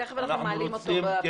תיכף אנחנו מעלים אותו ב-זום.